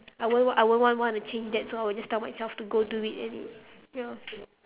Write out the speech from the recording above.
I won't want I won't want want to change that so I would just tell myself to go do it anyway ya